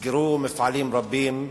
נסגרו מפעלים רבים,